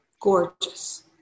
gorgeous